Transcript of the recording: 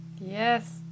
Yes